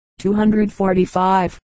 245